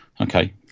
Okay